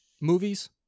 movies